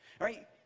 right